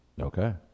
Okay